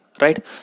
right